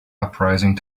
uprising